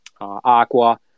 Aqua